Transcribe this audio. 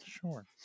Sure